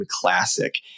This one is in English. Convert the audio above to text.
Classic